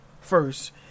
first